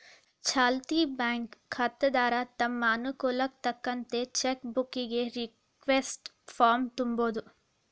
ಚಾಲ್ತಿ ಬ್ಯಾಂಕ್ ಖಾತೆದಾರ ತಮ್ ಅನುಕೂಲಕ್ಕ್ ತಕ್ಕಂತ ಚೆಕ್ ಬುಕ್ಕಿಗಿ ರಿಕ್ವೆಸ್ಟ್ ಫಾರ್ಮ್ನ ತುಂಬೋದು